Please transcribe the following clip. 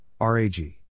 RAG